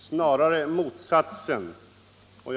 Snarare är motsatsen fallet.